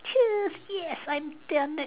cheers yes I done that